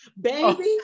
baby